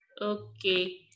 Okay